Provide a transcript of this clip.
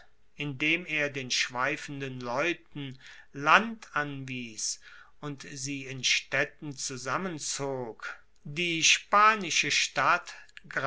indem er den schweifenden leuten land anwies und sie in staedten zusammenzog die spanische stadt